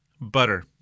butter